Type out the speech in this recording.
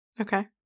Okay